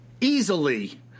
easily